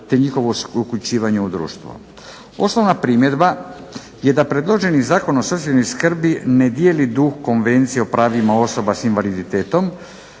te njihovo uključivanje u društvo. Osnovna primjedba je da predloženi Zakon o socijalnoj skrbi ne dijeli duh Konvencije o pravima osoba s invaliditetom